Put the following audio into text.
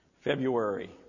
February